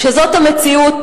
כשזו המציאות,